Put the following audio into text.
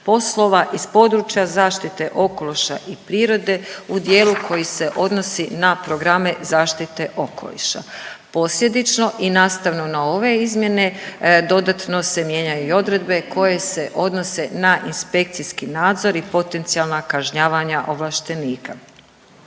poslova iz područja zaštite okoliša i prirode u dijelu koji se odnosi na programe zaštite okoliša. Posljedično i nastavno na ove izmjene, dodatno se mijenjaju i odredbe koje se odnose na inspekcijski nadzor i potencijalna kažnjavanja ovlaštenika.